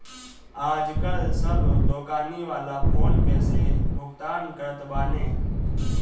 आजकाल सब दोकानी वाला फ़ोन पे से भुगतान करत बाने